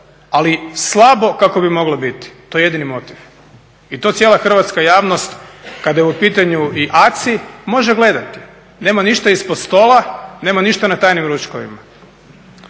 ali slabo kako bi moglo biti. To je jedini motiv i to cijela hrvatska javnost kada je u pitanju i ACI može gledati. Nema ništa ispod stola, nema ništa na tajnim ručkovima.